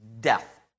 death